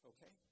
Okay